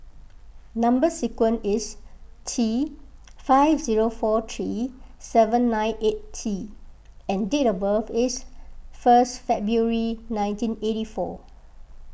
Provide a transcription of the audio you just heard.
Number Sequence is T five zero four three seven nine eight T and date of birth is first February nineteen eight four